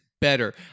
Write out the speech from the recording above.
better